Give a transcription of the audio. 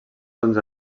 onze